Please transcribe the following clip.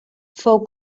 fou